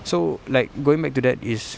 so like going back to that is